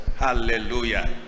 Hallelujah